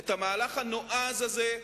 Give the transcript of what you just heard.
את המהלך הנועז הזה,